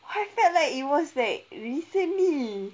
I felt like it was like recently